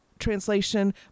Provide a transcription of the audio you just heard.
translation